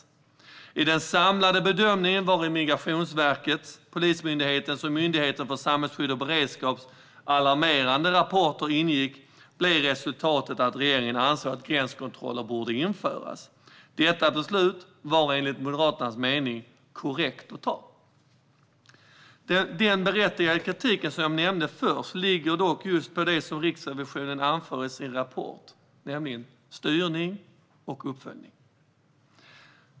Utifrån en samlad bedömning, vari Migrationsverkets, Polismyndighetens och Myndigheten för samhällsskydd och beredskaps alarmerande rapporter ingick, beslutade regeringen att gränskontroller borde införas. Detta beslut var, enligt Moderaternas mening, korrekt att ta. Den berättigade kritik som jag först nämnde ligger i just det som Riksrevisionen anför i sin rapport vad gäller styrning och uppföljning.